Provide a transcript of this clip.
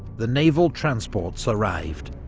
the naval transports arrived,